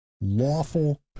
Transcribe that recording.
lawful